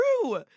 true